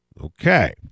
Okay